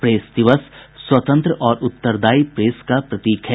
press दिवस स्वतंत्र और उत्तरदायी प्रेस का प्रतीक है